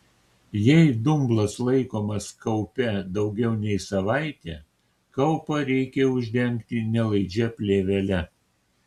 jei dumblas laikomas kaupe daugiau nei savaitę kaupą reikia uždengti nelaidžia plėvele